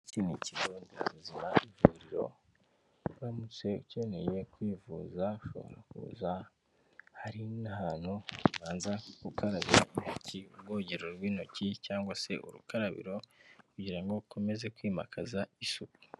Iki ni kigo nderabuzima ivuriro uramutse ukeneye kwivuza ushobora kuza hari n'ahantu ubanza gukaragira urwogero rw'intoki cyangwa se urukarabiro kugira ukomeze kwimakaza isuku.